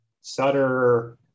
Sutter